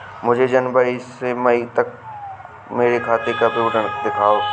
मुझे जनवरी से मई तक मेरे खाते का विवरण दिखाओ?